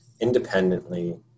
independently